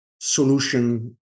solution